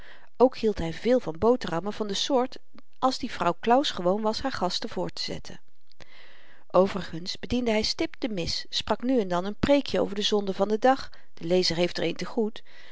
ook hield hy veel van boterammen van de soort als die vrouw claus gewoon was haar gasten voortezetten overigens bediende hy stipt de mis sprak nu en dan n preek jen over de zonden van den dag de lezer heeft